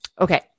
Okay